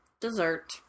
Dessert